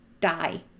die